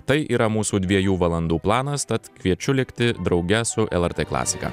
tai yra mūsų dviejų valandų planas tad kviečiu likti drauge su lrt klasika